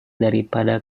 daripada